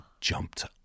jumped